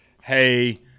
hey –